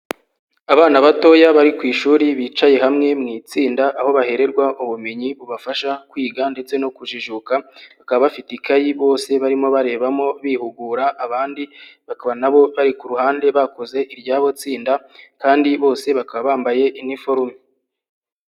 Abana batoya bari ku ishuri bicaye hamwe mu itsinda, aho bahererwa ubumenyi bubafasha kwiga ndetse no kujijuka, bakaba bafite ikayi bose barimo barebamo bihugura, abandi bakaba nabo bari ku ruhande bakoze iryabo tsinda, kandi bose bakaba bambaye iniforume.